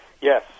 Yes